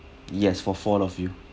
yes for four of you